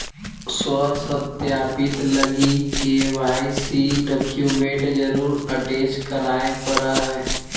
स्व सत्यापित लगी के.वाई.सी डॉक्यूमेंट जरुर अटेच कराय परा हइ